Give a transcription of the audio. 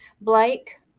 Blake